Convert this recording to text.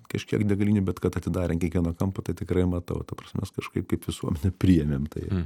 kažkiek degalinių bet kad atidarė ant kiekvieno kampo tai tikrai matau ta prasme mes kažkaip kaip visuomenė priėmėm tai